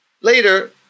Later